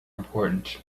important